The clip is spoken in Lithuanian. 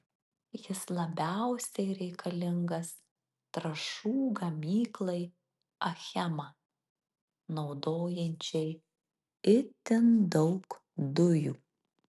jis labiausiai reikalingas trąšų gamyklai achema naudojančiai itin daug dujų